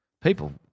People